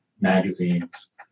magazines